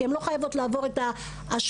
הן לא חייבות לעבור את ההשפלה,